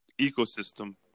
ecosystem